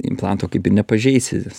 implanto kaip ir nepažeisi